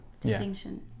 distinction